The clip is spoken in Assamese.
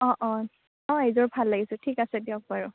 অঁ অঁ অঁ এইযোৰ ভাল লাগিছে ঠিক আছে দিয়ক বাৰু